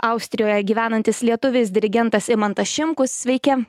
austrijoje gyvenantis lietuvis dirigentas imantas šimkus sveiki